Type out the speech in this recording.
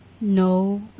No